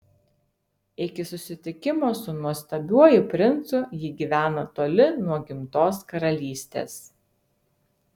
iki susitikimo su nuostabiuoju princu ji gyvena toli nuo gimtos karalystės